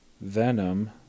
Venom